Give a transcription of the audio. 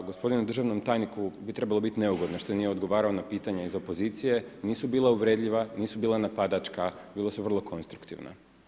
Gospodinu državnom tajniku bi trebalo biti neugodno što nije odgovarao na pitanje iz opozicije, nisu bila uvredljiva, nisu bila napadačka, bila su vrlo konstruktivna.